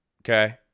okay